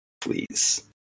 Please